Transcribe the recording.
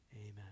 Amen